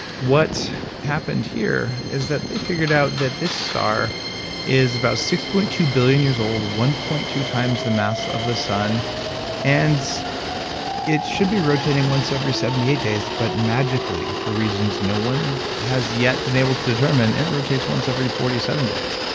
what happened here is that they figured out that this star is about six point two billion years old, one point two times the mass of the sun and it should be rotating once every seventy eight days but magically, for reasons no one has yet been able to determine it rotates once every forty seven days.